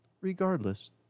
regardless